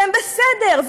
והם בסדר,